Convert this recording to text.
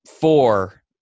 four